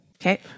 Okay